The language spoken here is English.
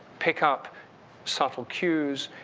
pick up subtle cues,